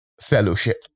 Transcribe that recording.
fellowship